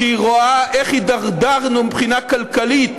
כשהיא רואה איך הידרדרנו מבחינה כלכלית